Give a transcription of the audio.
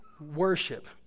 worship